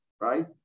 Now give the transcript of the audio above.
right